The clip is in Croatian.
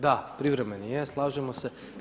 Da, privremeni je, slažemo se.